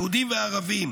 יהודים וערבים.